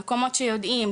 מקומות שיודעים.